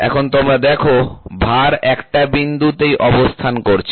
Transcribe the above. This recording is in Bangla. এখন তোমরা দেখো ভার একটা বিন্দুতেই অবস্থান করছে